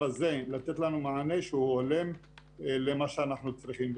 הזה לתת מענה שהולם למה שאנחנו צריכים.